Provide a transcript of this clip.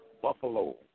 Buffalo